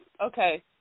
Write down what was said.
okay